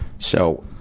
so,